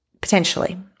potentially